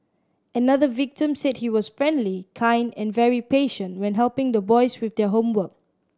another victim said he was friendly kind and very patient when helping the boys with their homework